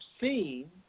seen